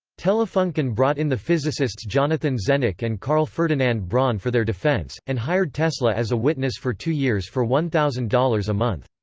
telefunken brought in the physicists jonathan zenneck and karl ferdinand braun for their defense, and hired tesla as a witness for two years for one thousand dollars a month.